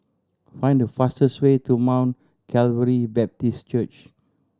find the fastest way to Mount Calvary Baptist Church